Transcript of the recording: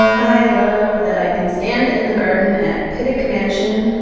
i love that i can stand in the garden at pittock mansion,